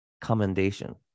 commendation